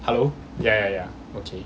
hello ya ya okay